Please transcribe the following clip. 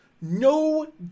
no